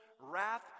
wrath